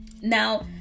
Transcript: Now